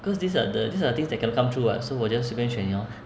because these are the these are things that cannot come true [what] so 我 just 随便选 lor